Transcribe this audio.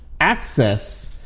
access